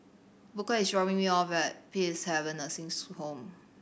Booker is dropping me off at Peacehaven Nursing's Home